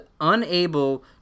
unable